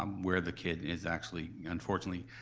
um where the kid is actually unfortunately,